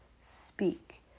speak